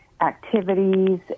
activities